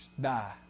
die